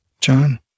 John